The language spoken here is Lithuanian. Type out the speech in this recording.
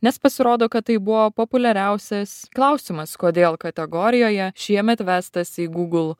nes pasirodo kad tai buvo populiariausias klausimas kodėl kategorijoje šiemet vestas į google